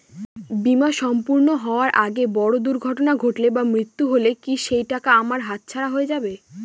বীমা সম্পূর্ণ হওয়ার আগে বড় দুর্ঘটনা ঘটলে বা মৃত্যু হলে কি সেইটাকা আমার হাতছাড়া হয়ে যাবে?